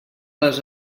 les